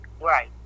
Right